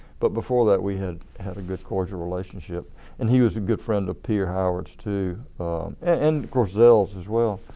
but before that, we had had a good, cordial relationship and he was a good friend of pierre howard too and of course zell as well.